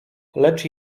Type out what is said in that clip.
lecz